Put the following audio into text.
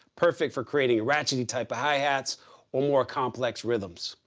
perfect for creating ratcheting type of hi-hats or more complex rhythms.